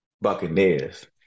Buccaneers